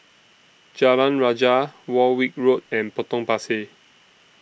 Jalan Rajah Warwick Road and Potong Pasir